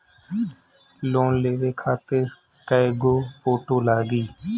Loan लेवे खातिर कै गो फोटो लागी?